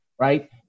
right